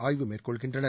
ஆய்வு மேற்கொள்கின்றனர்